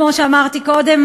כמו שאמרתי קודם,